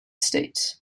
states